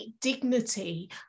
dignity